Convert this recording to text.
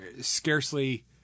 scarcely